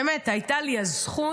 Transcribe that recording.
באמת, הייתה לי הזכות